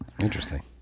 Interesting